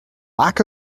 lack